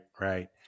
right